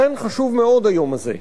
לכן חשוב מאוד היום הזה,